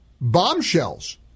Bombshells